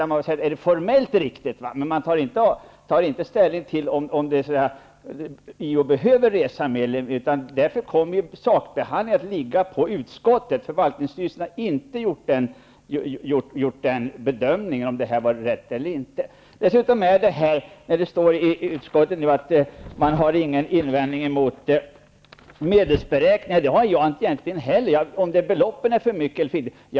Det är formellt riktigt, men man tar inte ställning till om JO behöver resa mer. Därför kommer sakbehandlingen att åligga utskottet. Förvaltningsstyrelsen har inte gjort en bedömning av om det här är rätt. Dessutom står i betänkandet att utskottet inte har någon invändning mot medelsberäkningen. Det har egentligen inte jag heller. Det är inte fråga om beloppen och om det är för mycket eller för litet.